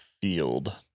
field